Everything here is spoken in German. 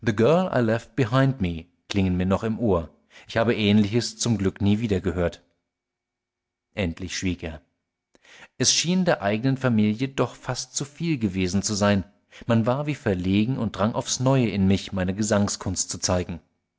klingen mir noch im ohr ich habe ähnliches zum glück nie wieder gehört endlich schwieg er es schien der eigenen familie doch fast zu viel gewesen zu sein man war wie verlegen und drang aufs neue in mich meine gesangskunst zu zeigen